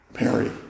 Mary